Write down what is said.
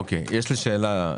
אוקיי, יש לי שאלה.